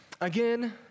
Again